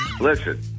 listen